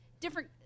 different